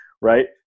right